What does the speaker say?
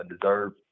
deserve